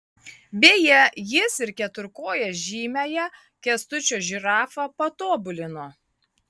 beje jis ir keturkoję žymiąją kęstučio žirafą patobulino